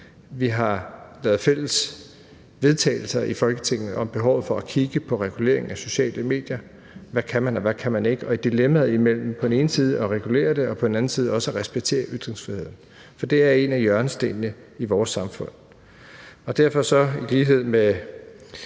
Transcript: Vi har lavet fælles vedtagelser i Folketinget om behovet for at kigge på regulering af sociale medier: Hvad kan man, og hvad kan man ikke? Der er et dilemma mellem på den ene side at regulere det og på den anden side også at respektere ytringsfriheden, for det er en af hjørnestenene i vores samfund. I lighed med